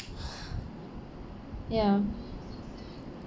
ya